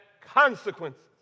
consequences